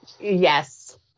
Yes